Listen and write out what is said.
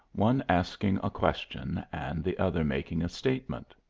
one asking a question and the other making a statement.